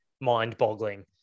mind-boggling